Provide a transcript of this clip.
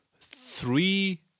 three